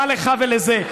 מה לך ולזה?